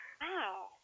Wow